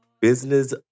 business